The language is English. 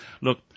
Look